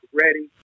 ready